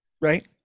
Right